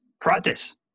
practice